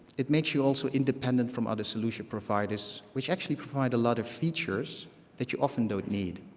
it makes you also independent from other solution providers, which actually provide a lot of features that you often don't need.